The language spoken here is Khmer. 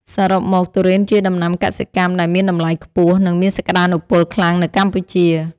សរុបមក ទុរេនជាដំណាំកសិកម្មដែលមានតម្លៃខ្ពស់ និងមានសក្តានុពលខ្លាំងនៅកម្ពុជា។